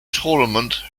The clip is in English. tournament